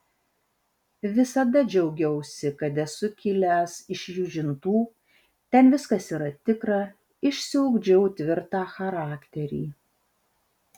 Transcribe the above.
visada džiaugiausi kad esu kilęs iš jūžintų ten viskas yra tikra išsiugdžiau tvirtą charakterį